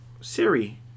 Siri